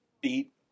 Beat